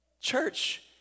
Church